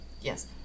Yes